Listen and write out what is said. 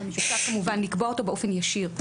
אפשר כמובן לקבוע אותו באופן ישיר.